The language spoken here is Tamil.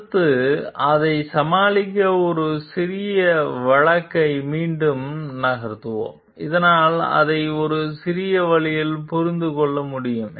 அடுத்து அதைச் சமாளிக்க ஒரு சிறிய வழக்கை மீண்டும் நகர்த்துவோம் இதனால் அதை ஒரு சிறந்த வழியில் புரிந்து கொள்ள முடியும்